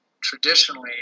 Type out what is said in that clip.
traditionally